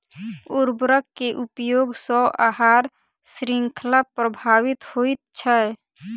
उर्वरक के उपयोग सॅ आहार शृंखला प्रभावित होइत छै